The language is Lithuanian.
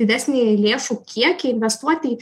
didesnį lėšų kiekį investuoti į